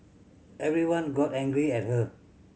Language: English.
everyone got angry at her